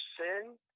sin